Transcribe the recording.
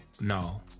no